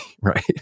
right